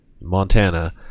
montana